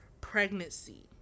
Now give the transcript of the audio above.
pregnancy